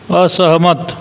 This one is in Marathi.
असहमत